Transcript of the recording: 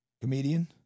Comedian